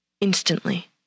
instantly